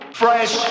fresh